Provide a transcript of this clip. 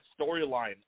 storyline